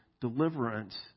deliverance